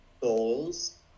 goals